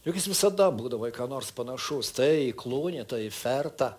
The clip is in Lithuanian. juk jis visada būdavo į ką nors panašaus tai klūnį tai į fertą